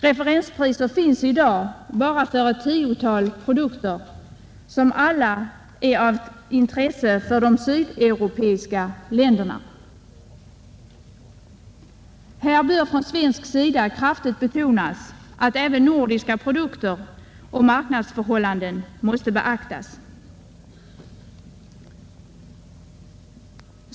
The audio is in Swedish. Referenspriser finns i dag bara för ett tiotal produkter, som alla är av intresse för de sydeuropeiska länderna. Här bör från svensk sida kraftigt betonas att även nordiska produkter och marknadsförhållanden måste beaktas.